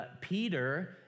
Peter